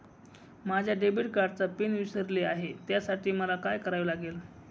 माझ्या डेबिट कार्डचा पिन विसरले आहे त्यासाठी मला काय करावे लागेल?